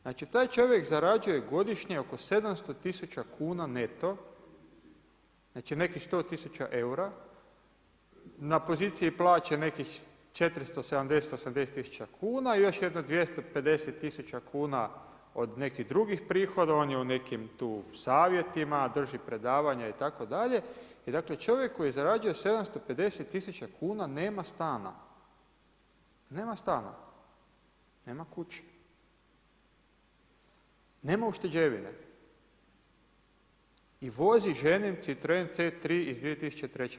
Znači taj čovjek zarađuje godišnje oko 700 tisuća kuna neto znači nekih 100 tisuća eura, na poziciji plaće nekih 470 tisuća kuna i još jedno 250 tisuća kuna od nekih drugih prihoda o nekim tu savjetima, drži predavanja itd. dakle čovjek koji zarađuje 750 tisuća kuna nema stana, nema kuće, nema ušteđevine i vozi ženin Citroen C3 iz 2003.